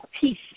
peace